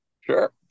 Sure